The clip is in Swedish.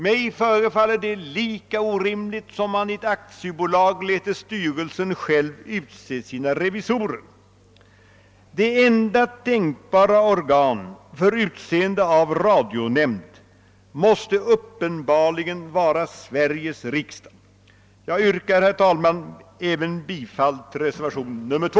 Mig förefaller detta lika orimligt som om man i ett aktiebolag läte styrelsen själv utse sina revisorer. Det enda tänkbara organ för utseende av radionämnd måste uppenbarligen vara Sveriges riksdag. Jag yrkar, herr talman, även bifall till reservationen 2.